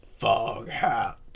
Foghat